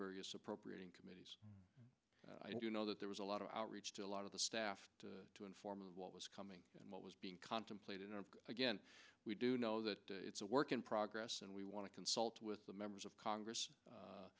various appropriating committees i do know that there was a lot of outreach to a lot of the staff to inform of what was coming and what was being contemplated and again we do know that it's a work in progress and we want to consult with the members of congress